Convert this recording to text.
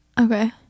Okay